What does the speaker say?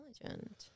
intelligent